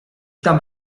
tam